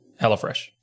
HelloFresh